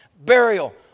burial